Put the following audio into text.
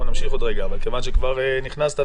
אבל כיוון שכבר נכנסת,